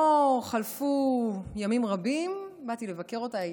לא חלפו ימים רבים, באתי לבקר אותה.